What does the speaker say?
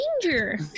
danger